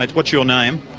like what's your name? ah,